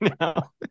now